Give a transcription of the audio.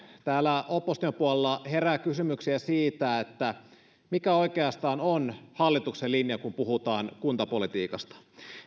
täällä opposition puolella herää kysymyksiä siitä mikä oikeastaan on hallituksen linja kun puhutaan kuntapolitiikasta